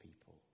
people